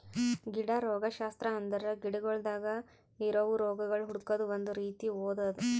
ಗಿಡ ರೋಗಶಾಸ್ತ್ರ ಅಂದುರ್ ಗಿಡಗೊಳ್ದಾಗ್ ಇರವು ರೋಗಗೊಳ್ ಹುಡುಕದ್ ಒಂದ್ ರೀತಿ ಓದದು